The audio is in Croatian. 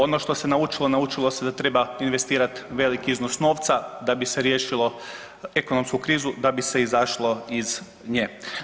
Ono što se naučilo, naučilo se da treba investirati velik iznos novca da bi riješilo ekonomsku krizu, da bi se izašlo iz nje.